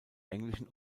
englischen